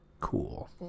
cool